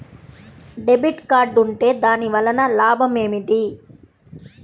Debit card ఉంటే దాని వలన లాభం ఏమిటీ?